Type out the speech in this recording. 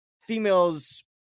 females